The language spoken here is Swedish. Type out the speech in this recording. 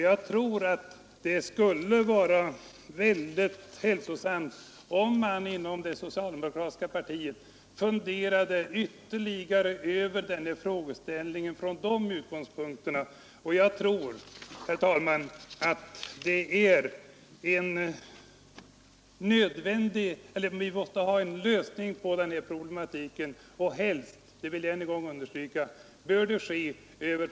Jag tror att det skulle vara hälsosamt, om man inom det socialdemokratiska partiet ytterligare funderade över denna frågeställning från just dessa utgångspunkter. Jag tror, herr talman, att vi måste få en lösning på denna viktiga principfråga. Helst bör det ske genom partierna själva och utan lagstiftning.